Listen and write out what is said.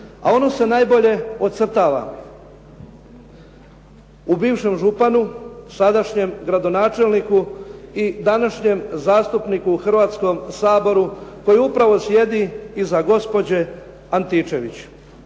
a ono se najbolje ocrtava u bivšem županu sadašnjem gradonačelniku i današnjem zastupniku u Hrvatskom saboru koji upravo sjedi iza gospođe Antičević.